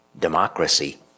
democracy